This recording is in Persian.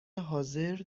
حاضر